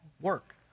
work